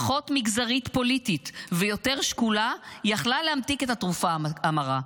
פחות מגזרית פוליטית ויותר שקולה יכלה להמתיק את התרופה המרה.